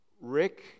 Rick